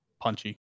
punchy